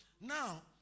now